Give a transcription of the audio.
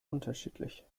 unterschiedlich